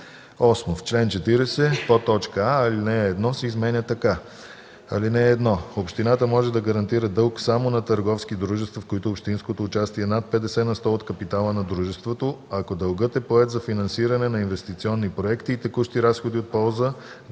В чл. 40: а) алинея 1 се изменя така: „(1) Общината може да гарантира дълг само на търговски дружества, в които общинското участие е над 50 на сто от капитала на дружеството, ако дългът е поет за финансиране на инвестиционни проекти и текущи разходи от полза